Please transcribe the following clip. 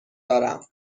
دارم